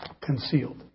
concealed